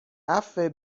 عفو